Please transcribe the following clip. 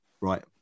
Right